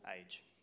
age